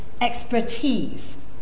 expertise